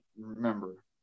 remember